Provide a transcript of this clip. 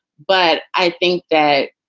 but i think that.